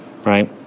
Right